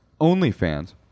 OnlyFans